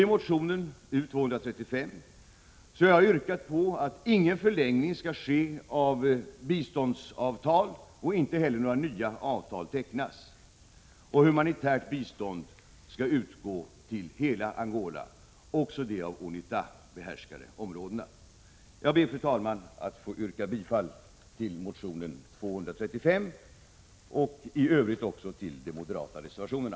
I motionen U235 yrkar jag att ingen förlängning skall ske av biståndsavtal och inte heller några nya avtal tecknas. Humanitärt bistånd däremot skall utgå till hela Angola, också till de av UNITA behärskade områdena. Jag ber, fru talman, att få yrka bifall till motion U235 och i övrigt till de moderata reservationerna.